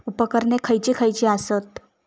उपकरणे खैयची खैयची आसत?